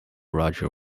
roger